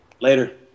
later